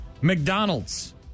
McDonald's